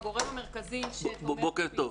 בוקר טוב,